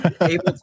able